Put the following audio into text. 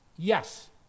Yes